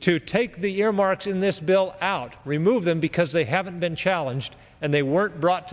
to take the earmarks in this bill out remove them because they haven't been challenged and they weren't brought